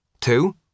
Two